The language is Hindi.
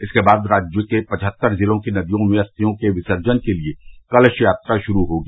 इसके बाद राज्य के पचहत्तर जिलों की नदियों में अस्थियों के विसर्जन के लिए कलश यात्रा शुरू होगी